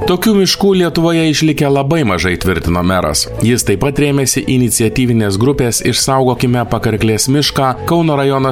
tokių miškų lietuvoje išlikę labai mažai tvirtino meras jis taip pat rėmėsi iniciatyvinės grupės išsaugokime pakarklės mišką kauno rajono